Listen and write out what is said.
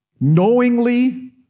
knowingly